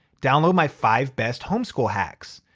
download my five best homeschool hacks,